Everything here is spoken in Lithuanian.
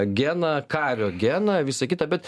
geną kario geną visa kita bet